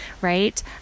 right